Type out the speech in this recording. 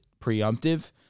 preemptive